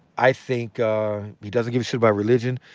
i think he doesn't give a shit about religion.